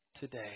today